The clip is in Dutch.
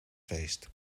feest